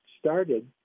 started